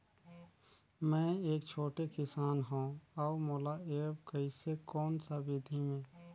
मै एक छोटे किसान हव अउ मोला एप्प कइसे कोन सा विधी मे?